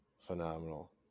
Phenomenal